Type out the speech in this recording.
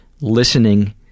listening